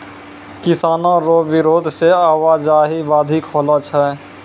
किसानो रो बिरोध से आवाजाही बाधित होलो छै